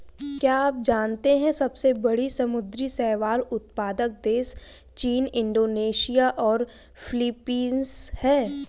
क्या आप जानते है सबसे बड़े समुद्री शैवाल उत्पादक देश चीन, इंडोनेशिया और फिलीपींस हैं?